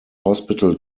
hospital